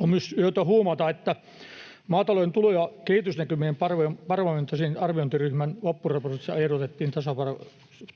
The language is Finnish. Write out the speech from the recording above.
On myös syytä huomata, että maatalouden tulos- ja kehitysnäkymien parlamentaarisen arviointiryhmän loppuraportissa ehdotettiin